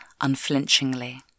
unflinchingly